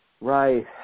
Right